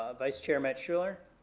ah vice chair matt schueller?